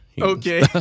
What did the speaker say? Okay